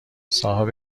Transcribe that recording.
صاحب